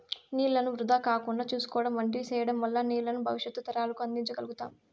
నీళ్ళను వృధా కాకుండా చూసుకోవడం వంటివి సేయడం వల్ల నీళ్ళను భవిష్యత్తు తరాలకు అందించ గల్గుతాం